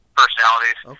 personalities